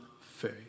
faith